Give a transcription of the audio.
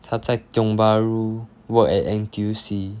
他在 tiong bahru work at N_T_U_C